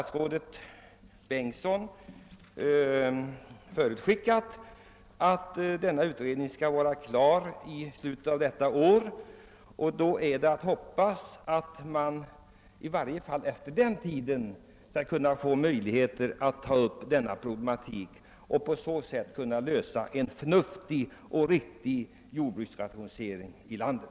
Jordbruksministern har nu förutskickat att kommittén kommer att bli klar med sitt arbete i slutet av detta år, och då är det bara att hoppas att man i varje fall därefter får möjligheter att ta upp denna problematik och därigenom åstadkomma en förnuftig och vettig jordbruksrationalisering här i landet.